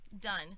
done